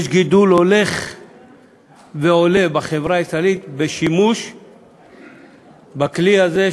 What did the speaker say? יש גידול הולך ועולה בחברה הישראלית בשימוש בכלי הזה,